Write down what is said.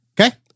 Okay